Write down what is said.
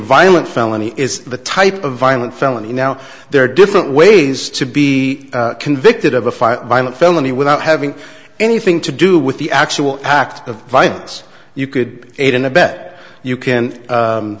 violent felony is the type of violent felony now there are different ways to be convicted of a five violent felony without having anything to do with the actual act of violence you could aid and abet you can